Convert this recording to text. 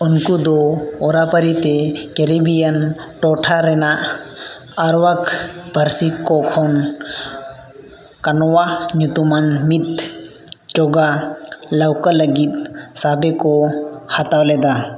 ᱩᱱᱠᱩ ᱫᱚ ᱚᱨᱟᱯᱟᱹᱨᱤ ᱛᱮ ᱠᱮᱨᱤᱵᱤᱭᱟᱱ ᱴᱚᱴᱷᱟ ᱨᱮᱱᱟᱜ ᱟᱨᱟᱣᱟᱠ ᱯᱟᱹᱨᱥᱤ ᱠᱚ ᱠᱷᱚᱱ ᱠᱟᱱᱣᱟ ᱧᱩᱛᱩᱢᱟᱱ ᱢᱤᱫ ᱪᱚᱸᱜᱟ ᱞᱟᱹᱣᱠᱟᱹ ᱞᱟᱹᱜᱤᱫ ᱥᱟᱵᱮ ᱠᱚ ᱦᱟᱛᱟᱣ ᱞᱮᱫᱟ